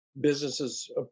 businesses